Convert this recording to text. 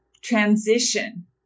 transition